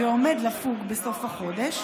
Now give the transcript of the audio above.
ועומד לפוג בסוף החודש,